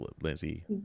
Lindsay